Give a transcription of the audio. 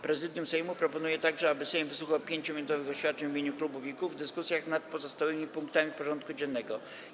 Prezydium Sejmu proponuje także, aby Sejm wysłuchał 5-minutowych oświadczeń w imieniu klubów i kół w dyskusjach nad pozostałymi punktami porządku dziennego.